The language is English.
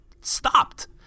stopped